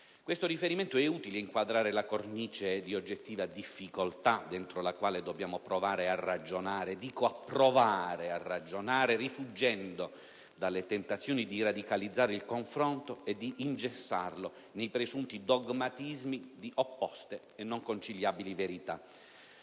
Questo riferimento è utile ad inquadrare la cornice di oggettiva difficoltà dentro la quale dobbiamo provare a ragionare (e sottolineo provare a ragionare), rifuggendo dalle tentazioni di radicalizzare il confronto e di ingessarlo nei presunti dogmatismi di opposte e non conciliabili verità.